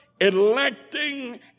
electing